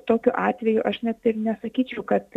tokiu atveju aš net ir nesakyčiau kad